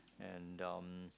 and um